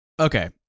Okay